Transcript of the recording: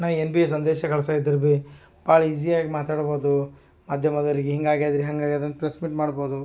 ನಾ ಏನು ಬಿ ಸಂದೇಶ ಕಳ್ಸಿ ಇದ್ದರು ಬಿ ಭಾಳ್ ಈಸಿಯಾಗಿ ಮಾತಾಡ್ಬಹುದು ಮಾಧ್ಯಮದವ್ರಿಗೆ ಹಿಂಗೆ ಆಗಿದೆ ರೀ ಹಂಗೆ ಆಗಿದೆ ಅಂತ ಪ್ರೆಸ್ ಮೀಟ್ ಮಾಡ್ಬೋದು